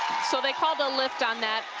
so they called a lift on that